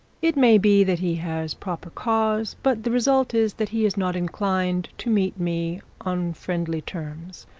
it may be that he has proper cause, but the result is that he is not inclined to meet me on friendly terms.